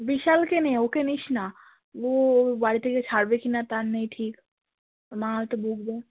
বিশালকে নে ওকে নিস না ও ওর বাড়ি থেকে ছাড়বে কি না তার নেই ঠিক মা হয়তো বকবে